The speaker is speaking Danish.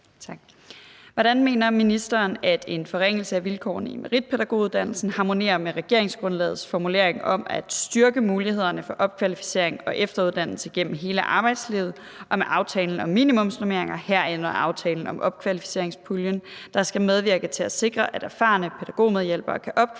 Hvordan mener ministeren at en forringelse af vilkårene i meritpædagoguddannelsen harmonerer med regeringsgrundlagets formulering om at »styrke mulighederne for opkvalificering og efteruddannelse gennem hele arbejdslivet« og med aftalen om minimumsnormeringer, herunder aftalen om opkvalificeringspuljen, der skal medvirke til at sikre, at erfarne pædagogmedhjælpere kan opkvalificeres